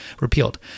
repealed